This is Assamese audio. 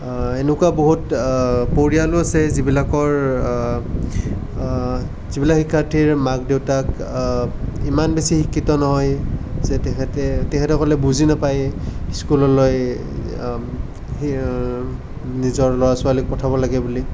এনেকুৱা বহুত পৰিয়ালো আছে যিবিলাকৰ যিবিলাক শিক্ষাৰ্থীৰ মাক দেউতাক ইমান বেছি শিক্ষিত নহয় যে তেখেতে তেখেতসকলে বুজি নেপায় স্কুললৈ নিজৰ ল'ৰা ছোৱালীক পঠাব লাগে বুলি